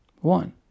One